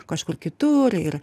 kažkur kitur ir